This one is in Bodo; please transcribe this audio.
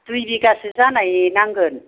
दुइ बिगासो जानाय नांगोन